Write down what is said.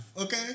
okay